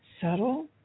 subtle